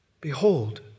behold